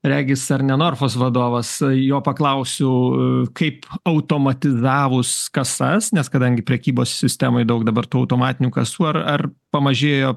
regis ar ne norfos vadovas jo paklausiu kaip automatizavus kasas nes kadangi prekybos sistemoj daug dabar tų automatinių kasų ar ar pamažėjo